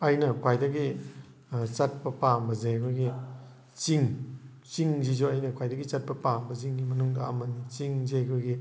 ꯑꯩꯅ ꯈ꯭ꯋꯥꯏꯗꯒꯤ ꯆꯠꯄ ꯄꯥꯝꯕꯁꯦ ꯑꯩꯈꯣꯏꯒꯤ ꯆꯤꯡ ꯆꯤꯡꯁꯤꯁꯨ ꯑꯩꯅ ꯈ꯭ꯋꯥꯏꯗꯒꯤ ꯆꯠꯄꯄ ꯄꯥꯝꯕꯁꯤꯡꯒꯤ ꯃꯅꯨꯡꯗ ꯑꯃꯅꯤ ꯆꯤꯡꯁꯦ ꯑꯩꯈꯣꯏꯒꯤ